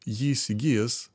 jį įsigijęs